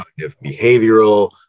behavioral